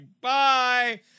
Bye